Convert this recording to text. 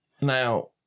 Now—